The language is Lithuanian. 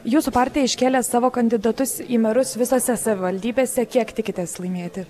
jūsų partija iškėlė savo kandidatus į merus visose savivaldybėse kiek tikitės laimėti